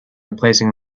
replacing